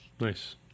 nice